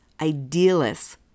idealists